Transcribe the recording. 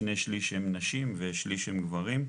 שני שליש הם נשים ושליש הם גברים.